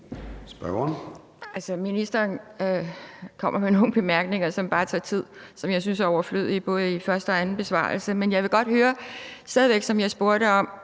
ministeren kommer med nogle bemærkninger, som bare tager tid, og som jeg synes er overflødige, både i sin første og anden besvarelse. Men jeg vil stadig væk godt høre svaret på det, som jeg spurgte om: